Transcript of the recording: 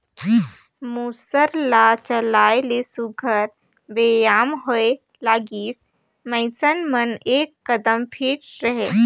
मूसर ल चलाए ले सुग्घर बेयाम होए लागिस, मइनसे मन एकदम फिट रहें